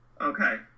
Okay